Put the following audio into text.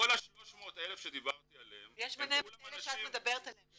ה-300,000 שדיברתי עליהם --- יש ביניהם כאלה שאת מדברת עליהם.